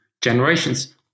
generations